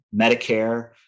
Medicare